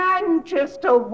Manchester